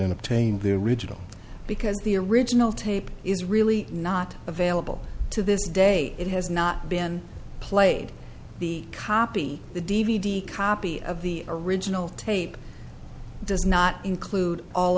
their original because the original tape is really not available to this day it has not been played the copy the d v d copy of the original tape does not include all